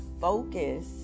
focus